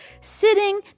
sitting